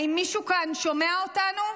האם מישהו כאן שומע אותנו?